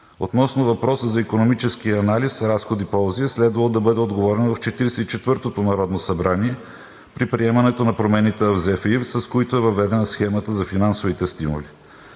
Относно въпроса за икономическия анализ разходи – ползи, следвало е да бъде отговорено в Четиридесет и четвъртото народно събрание при приемането на промените в ЗФИ, с които е въведена схемата за финансовите стимули.